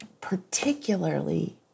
particularly